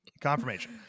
confirmation